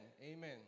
Amen